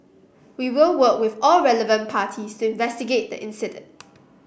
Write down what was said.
we will work with all relevant parties to investigate the incident